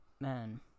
man